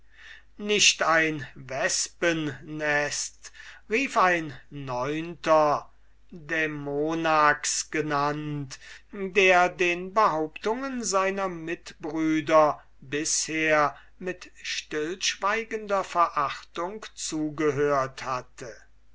nicht ein wespennest rief ein neunter dämonax genannt der den behauptungen seiner mitbrüder bisher mit stillschweigender verachtung zugehöret hatte